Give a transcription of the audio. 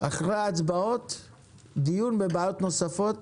אחרי ההצבעות דיון בבעיות נוספות,